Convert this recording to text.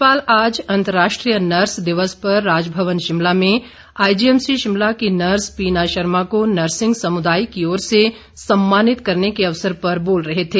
राज्यपाल आज अंतर्राष्ट्रीय नर्स दिवस पर राजभवन शिमला में आईजीएमसी शिमला की नर्स पीना शर्मा को नर्सिंग समुदाय की ओर से सम्मानित करने के अवसर पर बोल रहे थे